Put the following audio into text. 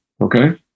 okay